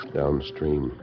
downstream